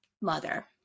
mother